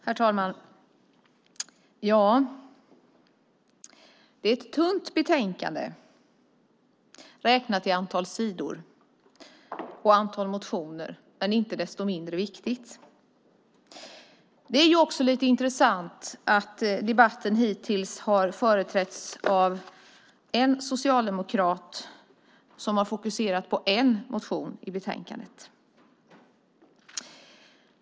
Herr talman! Det är ett tunt betänkande räknat i antal sidor och antal motioner, men det är inte desto mindre viktigt. Det är lite intressant att oppositionen hittills i debatten har företrätts av en socialdemokrat, som har fokuserat på en motion i betänkandet.